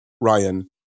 Ryan